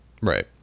Right